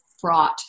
fraught